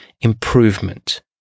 improvement